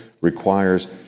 requires